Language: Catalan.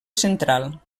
central